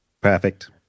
Perfect